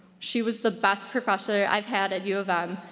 she was the best professor i've had at u of m.